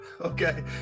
Okay